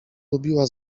lubiła